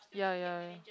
ya ya ya